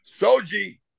Soji